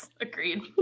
agreed